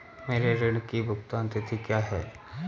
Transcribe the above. मेरे ऋण की भुगतान तिथि क्या है?